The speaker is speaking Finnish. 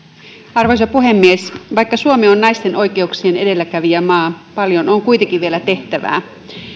arvoisa puhemies vaikka suomi on naisten oikeuksien edelläkävijämaa paljon on kuitenkin vielä tehtävää